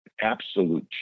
absolute